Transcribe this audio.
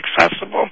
accessible